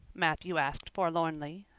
matthew asked forlornly,